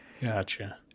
Gotcha